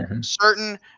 certain